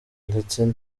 ndetse